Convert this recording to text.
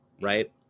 right